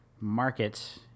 market